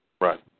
Right